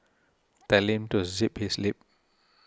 tell him to zip his lip